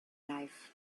life